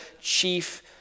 chief